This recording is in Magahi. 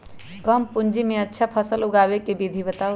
कम पूंजी में अच्छा फसल उगाबे के विधि बताउ?